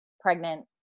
pregnant